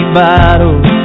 bottles